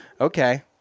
Okay